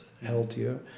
healthier